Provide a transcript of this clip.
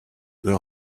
their